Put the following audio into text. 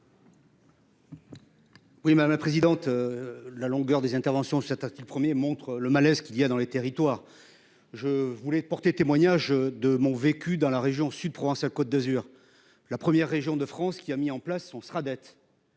Oui madame la présidente. La longueur des interventions cet article 1er montre le malaise qu'il y a dans les territoires. Je voulais porter témoignage de mon vécu dans la région Sud Provence-Alpes-Côte d'Azur la première région de France qui a mis en place, on sera dette.